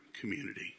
community